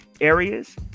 areas